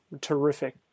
terrific